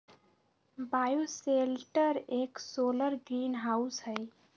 bioshelter एक solar greenhouse हई